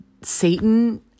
Satan